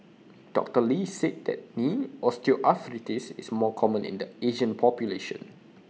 doctor lee said that knee osteoarthritis is more common in the Asian population